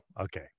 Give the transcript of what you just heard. okay